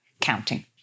counting